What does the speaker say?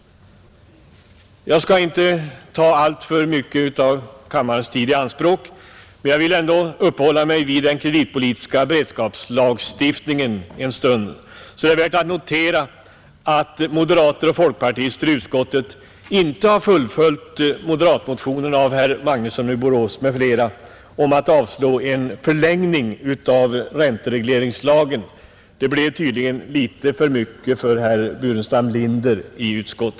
Jag skall inte ta alltför mycket av kammarens tid i anspråk, men jag vill ändå uppehålla mig något vid den kreditpolitiska beredskapslagstiftningen. Det är värt att notera att moderater och folkpartister i utskottet inte har fullföljt moderatmotionen av herr Magnusson i Borås m.fl. om att avslå förslaget om en förlängning av ränteregleringslagen. Det blev tydligen litet för mycket för herr Burenstam Linder i utskottet.